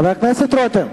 חבר הכנסת רותם.